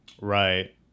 Right